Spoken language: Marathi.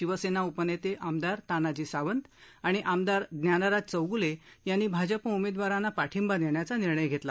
शिवसेना उपनेते आमदार तानाजी सावंत आणि आमदार ज्ञानराज चौगुले यांनी भाजप उमेदवारांना पाठिंबा देण्याचा निर्णय घेतला